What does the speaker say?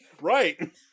Right